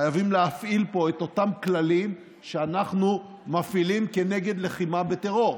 חייבים להפעיל פה את אותם כללים שאנחנו מפעילים כנגד לחימה בטרור.